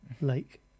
Lake